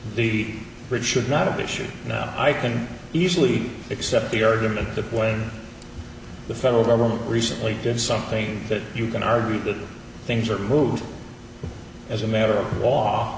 the bridge should not have issued now i can easily accept the argument that when the federal government recently did something that you can argue that things are moved as a matter of law